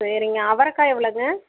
சரிங்க அவரைக்கா எவ்வளோங்க